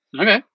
Okay